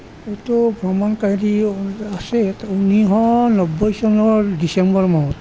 এইটো ভ্ৰমণ কাহিনী আছে এটা ঊনৈশ নব্বৈ চনৰ ডিচেম্বৰ মাহত